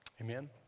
Amen